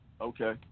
Okay